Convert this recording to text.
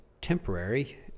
temporary